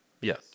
Yes